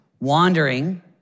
wandering